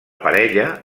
parella